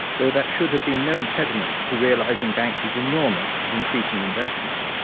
though that should have been no impediment to realising banks's enormous and increasing investment.